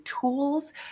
tools